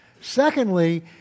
Secondly